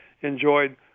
enjoyed